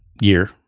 year